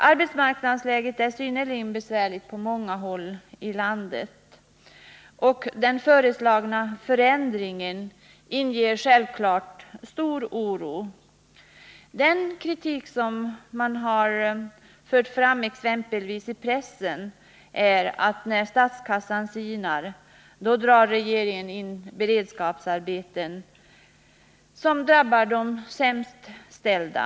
Arbetsmarknadsläget är synnerligen besvärligt på många håll i landet, och den föreslagna förändringen i fråga om beredskapsarbeten inger, som jag sade, självklart stor oro. Pressen kritiserar regeringen för att den, när statskassan sinar, drar in beredskapsarbeten, vilket drabbar de sämst ställda.